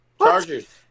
Chargers